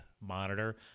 monitor